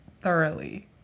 thoroughly